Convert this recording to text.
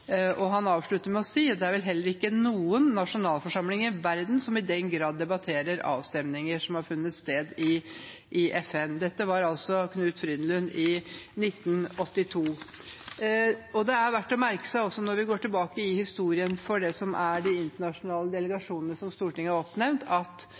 Afrika.» Han sier også: «Det er vel heller ikke noen nasjonalforsamling i verden som i den grad debatterer avstemninger som har funnet sted i FN.» Dette sa altså Knut Frydenlund i 1982. Det er også verdt å merke seg når vi går tilbake i historien om de internasjonale delegasjonene som Stortinget har oppnevnt, at